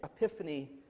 Epiphany